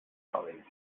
colleagues